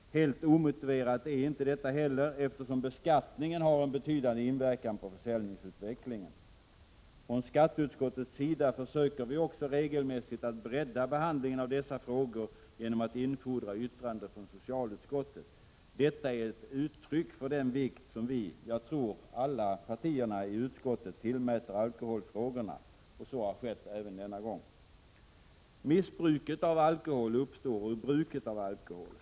Helt omotiverat är detta inte heller, eftersom beskattningen har en betydande inverkan på försäljningsutvecklingen. Från skatteutskottets sida försöker vi också regelmässigt att bredda behandlingen av dessa frågor genom att infordra yttrande från socialutskottet. Det är ett uttryck för den vikt som jag tror alla partier i utskottet tillmäter alkoholfrågorna. Så har skett även denna gång. Missbruket av alkohol uppstår ur bruket av alkohol.